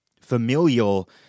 familial